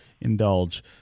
indulge